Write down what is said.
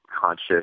conscious